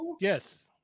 Yes